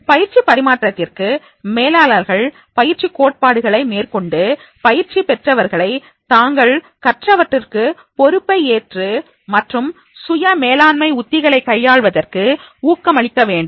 பயிற்சி பரிமாற்றத்திற்கு மேலாளர்கள் பயிற்சி கோட்பாடுகளை மேற்கொண்டு பயிற்சி பெற்றவர்களை தாங்கள் கற்றவற்றுக்கு பொறுப்பை ஏற்று மற்றும் சுய மேலாண்மை உத்திகளை கையாள்வதற்கு ஊக்கமளிக்க வேண்டும்